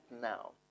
now